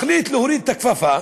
מחליט להוריד את הכפפה